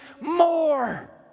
more